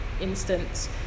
instance